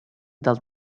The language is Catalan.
del